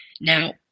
Now